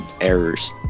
errors